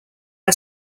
are